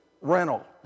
rental